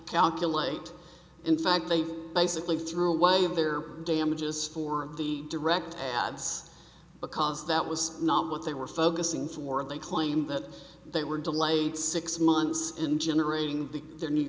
calculate in fact they basically threw away of their damages for the direct ads because that was not what they were focusing for they claimed that they were delayed six months in generating their new